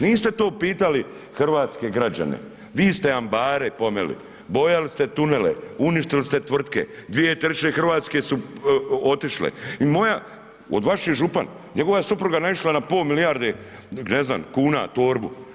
Niste to pitali hrvatske građane, vi ste ambare pomeli, bojali ste tunele, uništili ste tvrtke, 2 trećine Hrvatske su otišle i moja, ovaj vaši župan, njegova supruga je naišla na pola milijarde ne znam kuna, torbu.